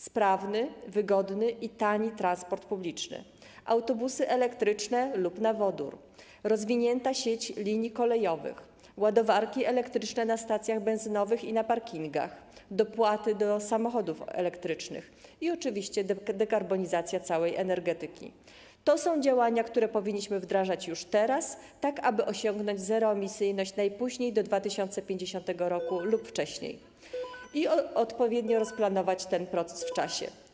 Sprawny, wygodny i tani transport publiczny, autobusy elektryczne lub na wodór, rozwinięta sieć linii kolejowych, ładowarki elektryczne na stacjach benzynowych i na parkingach, dopłaty do samochodów elektrycznych i oczywiście dekarbonizacja całej energetyki - to są działania, które powinniśmy wdrażać już teraz, tak aby osiągnąć zeroemisyjność najpóźniej do 2050 r. lub wcześniej i odpowiednio rozplanować ten proces w czasie.